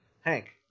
Hank